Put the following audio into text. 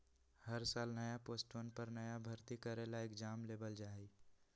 हर साल नया पोस्टवन पर नया भर्ती करे ला एग्जाम लेबल जा हई